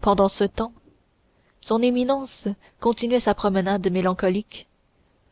pendant ce temps son éminence continuait sa promenade mélancolique